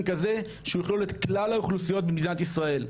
כזה שיכלול את כלל האוכלוסיות במדינת ישראל,